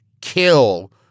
kill